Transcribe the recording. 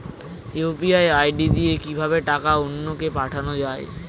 UPI ID দিয়ে কিভাবে টাকা অন্য কে পাঠানো যায়?